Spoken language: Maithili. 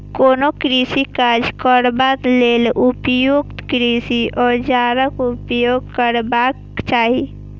कोनो कृषि काज करबा लेल उपयुक्त कृषि औजारक उपयोग करबाक चाही